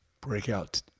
breakout